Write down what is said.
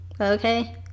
okay